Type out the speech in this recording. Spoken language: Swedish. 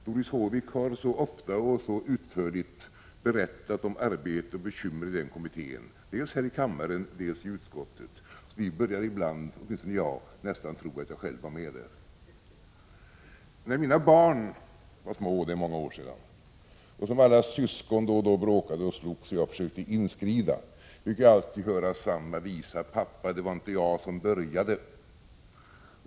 Doris Håvik har så ofta och så utförligt berättat om arbete och bekymmer i denna kommitté, dels här i kammaren, dels i utskottet att vi, åtminstone jag, ibland börjar tro att vi var med. När mina barn var små — det är många år sedan — bråkade de och slogs ibland, som syskon brukar. Om jag då försökte inskrida fick jag alltid höra samma visa: Pappa, det var inte jag som började.